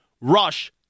rush